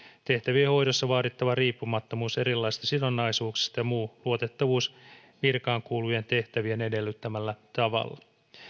tehtävien hoidossa vaadittava riippumattomuus erilaisista sidonnaisuuksista ja muu luotettavuus virkaan kuuluvien tehtävien edellyttämällä tavalla